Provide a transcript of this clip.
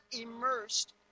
immersed